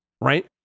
right